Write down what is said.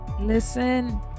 Listen